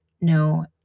No